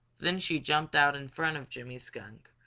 then she jumped out in front of jimmy skunk,